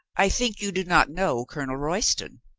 i think you do not know colonel royston.